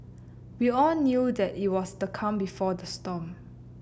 we all knew that it was the calm before the storm